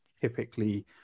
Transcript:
typically